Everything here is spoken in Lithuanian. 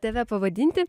tave pavadinti